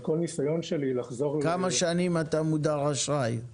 כמה שנים אתה מודר אשראי?